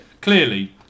Clearly